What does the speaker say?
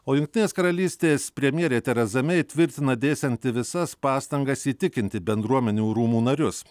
o jungtinės karalystės premjerė tereza mei tvirtina dėsianti visas pastangas įtikinti bendruomenių rūmų narius